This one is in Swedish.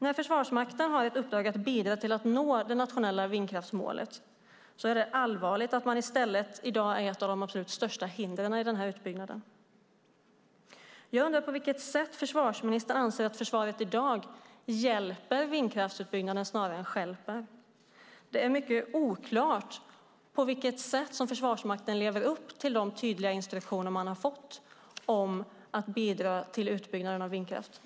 När Försvarsmakten har ett uppdrag att bidra till att nå det nationella vindkraftsmålet är det allvarligt att man i stället i dag är ett av de absolut största hindren för den utbyggnaden. Jag undrar på vilket sätt försvarsministern anser att försvaret i dag hjälper, snarare än stjälper, vindkraftsutbyggnaden. Det är mycket oklart på vilket sätt Försvarsmakten lever upp till de tydliga instruktioner den fått om att bidra till utbyggnaden av vindkraft.